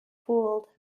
fooled